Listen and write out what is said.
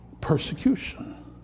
persecution